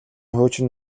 хуучин